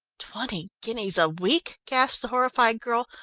twenty guineas a week! gasped the horrified girl,